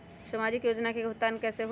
समाजिक योजना के भुगतान कैसे होई?